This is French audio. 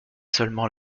seulement